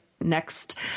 next